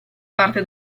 parte